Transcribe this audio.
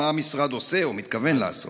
מה המשרד עושה או מתכוון לעשות?